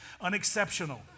unexceptional